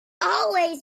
always